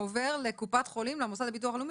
עובר לקופת חולים, למוסד לביטוח לאומי